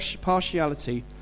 partiality